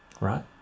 right